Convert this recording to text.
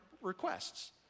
requests